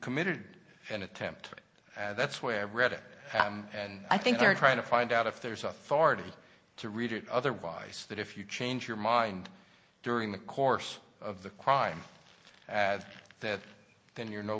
committed an attempt that's why i've read it and i think they're trying to find out if there's authority to read it otherwise that if you change your mind during the course of the crime that then you're no